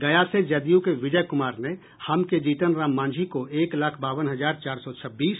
गया से जदयू के विजय कुमार ने हम के जीतनराम मांझी को एक लाख बावन हजार चार सौ छब्बीस